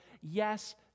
yes